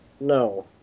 No